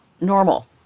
normal